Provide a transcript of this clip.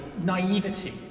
naivety